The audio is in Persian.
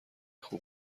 خوب